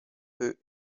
peu